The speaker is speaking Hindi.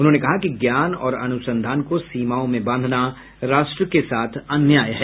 उन्होंने कहा कि ज्ञान और अनुसंधान को सीमाओं में बांधना राष्ट्र के साथ अन्याय है